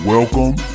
Welcome